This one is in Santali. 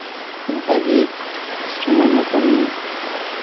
ᱱᱚᱝᱠᱟ ᱜᱮ ᱥᱚᱢᱚᱭ ᱢᱚᱛᱚᱱ